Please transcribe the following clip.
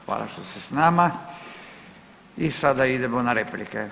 Hvala što ste s nama i sada idemo na replike.